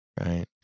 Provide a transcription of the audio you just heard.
Right